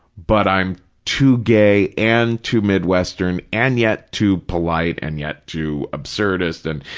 but i'm too gay and too midwestern and yet too polite and yet too absurdist and,